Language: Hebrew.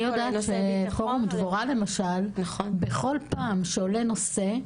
אני יודעת שפורום דבורה למשל, בכל פעם שעולה נושא,